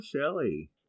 Shelly